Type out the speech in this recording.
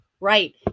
right